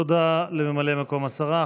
תודה לממלא מקום השרה.